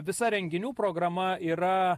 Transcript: visa renginių programa yra